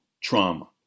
trauma